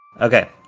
Okay